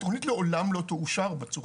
התכנית לעולם לא תאושר בצורה הזו.